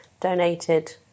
donated